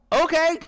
Okay